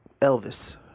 Elvis